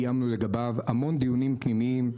קיימנו לגביו המון דיונים פנימיים,